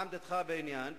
מה עמדתך בעניין?